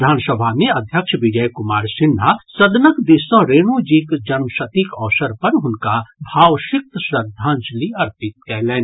विधानसभा मे अध्यक्ष विजय कुमार सिन्हा सदनक दिस सँ रेणुजीक जन्मशतीक अवसर पर हुनका भावसिक्त श्रद्वांजलि अर्पित कयलनि